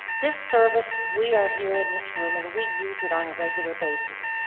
this service we are here in this room and we use it on a regular basis,